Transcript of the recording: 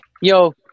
Yo